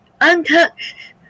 untouched